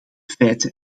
feiten